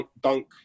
Dunk